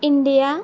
India